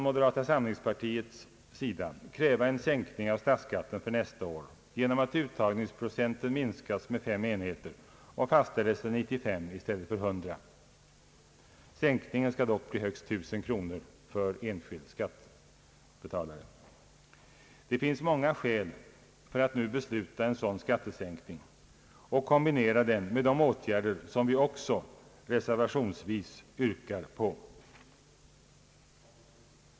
Moderata samlingspartiet vill också kräva en sänkning av statsskatten för nästa år genom att uttagningsprocenten minskas med fem enheter och fastställes till 95 i stället för 100. Sänkningen skall dock bli högst 1000 kronor för enskild skattebetalare. Det finns många skäl för att nu besluta en sådan skattesänkning och kombinera den med de åtgärder som vi också reservationsvis yrkar på.